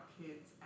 kids